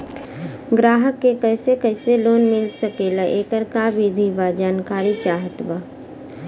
ग्राहक के कैसे कैसे लोन मिल सकेला येकर का विधि बा जानकारी चाहत बा?